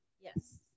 Yes